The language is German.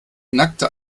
nackte